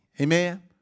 Amen